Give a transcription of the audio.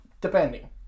depending